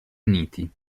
uniti